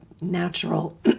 natural